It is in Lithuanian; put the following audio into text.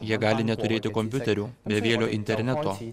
jie gali neturėti kompiuterių bevielio interneto